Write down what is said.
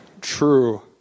true